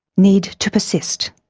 need to persist,